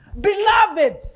Beloved